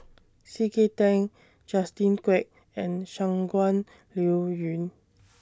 C K Tang Justin Quek and Shangguan Liuyun